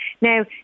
Now